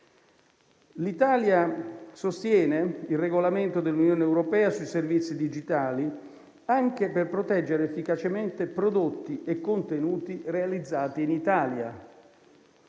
L'Italia sostiene il regolamento dell'Unione europea sui servizi digitali, anche per proteggere efficacemente prodotti e contenuti realizzati in Italia.